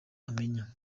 amenya